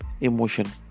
emotion